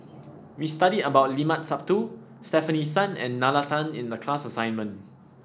we studied about Limat Sabtu Stefanie Sun and Nalla Tan in the class assignment